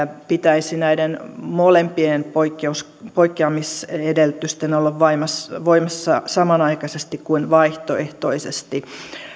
pitäisi näiden molempien poikkeamisedellytysten olla voimassa samanaikaisesti kuin vaihtoehtoisesti